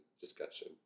discussion